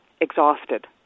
exhausted